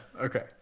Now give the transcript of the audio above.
okay